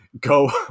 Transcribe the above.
go